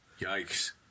Yikes